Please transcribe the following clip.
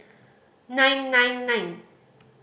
nine nine nine